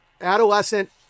adolescent